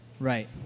Right